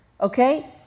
Okay